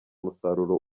umusaruro